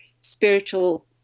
spiritual